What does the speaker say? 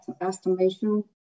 estimation